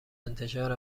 انتشار